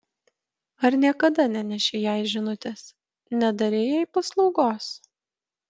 ar niekada nenešei jai žinutės nedarei jai paslaugos